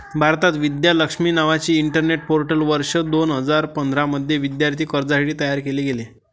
भारतात, विद्या लक्ष्मी नावाचे internet portal वर्ष दोन हजार पंधरा मध्ये विद्यार्थी कर्जासाठी तयार केले गेले